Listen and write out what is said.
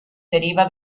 deriva